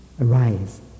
arise